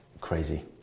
crazy